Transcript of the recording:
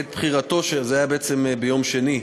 זה היה בעצם ביום שני,